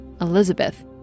Elizabeth